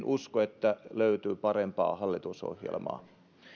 usko että löytyy parempaa hallitusohjelmaa